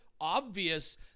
obvious